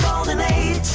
golden age